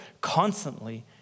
constantly